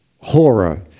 horror